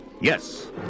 Yes